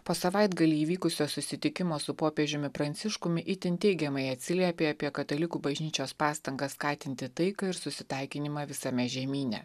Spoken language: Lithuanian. po savaitgalį įvykusio susitikimo su popiežiumi pranciškumi itin teigiamai atsiliepė apie katalikų bažnyčios pastangas skatinti taiką ir susitaikinimą visame žemyne